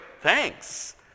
thanks